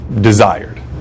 desired